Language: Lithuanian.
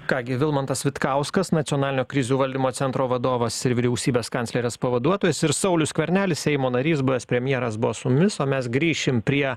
ką gi vilmantas vitkauskas nacionalinio krizių valdymo centro vadovas ir vyriausybės kanclerės pavaduotojas ir saulius skvernelis seimo narys buvęs premjeras buvo su mumis o mes grįšim prie